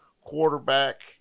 quarterback